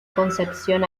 concepción